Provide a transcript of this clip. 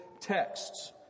texts